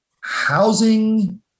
housing